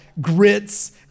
grits